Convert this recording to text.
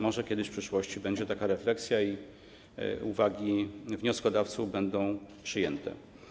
Może kiedyś, w przyszłości będzie taka refleksja i uwagi wnioskodawców będą przyjęte.